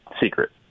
secret